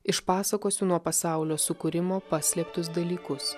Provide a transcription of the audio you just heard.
išpasakosiu nuo pasaulio sukūrimo paslėptus dalykus